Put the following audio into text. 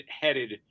headed